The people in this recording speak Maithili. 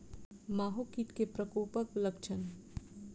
माहो कीट केँ प्रकोपक लक्षण?